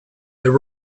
there